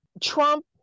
Trump